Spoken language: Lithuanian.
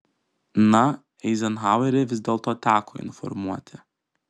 na eizenhauerį vis dėlto teko informuoti